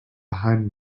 behind